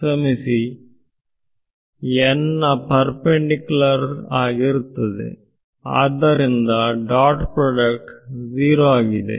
ಕ್ಷಮಿಸಿ ನ ಪರ್ಪೆಂಡಿಕ್ಯುಲಾರ್ ಆಗಿರುತ್ತದೆ ಆದ್ದರಿಂದ ಡಾಟ್ ಪ್ರಾಡಕ್ಟ್ 0 ಯಾಗಿದೆ